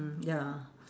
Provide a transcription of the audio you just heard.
mm ya